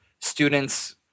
students